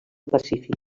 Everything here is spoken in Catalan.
pacífic